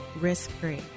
risk-free